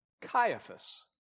Caiaphas